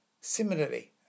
Similarly